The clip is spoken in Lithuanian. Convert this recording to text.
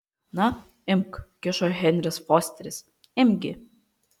na imk kišo henris fosteris imk gi